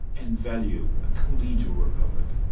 and value, a collegial republic.